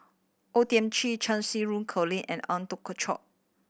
O Thiam Chin Cheng Xinru Colin and Eng